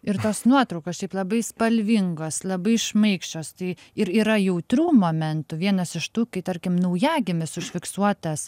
ir tos nuotraukos šiaip labai spalvingos labai šmaikščios tai ir yra jautrių momentų vienas iš tų kai tarkim naujagimis užfiksuotas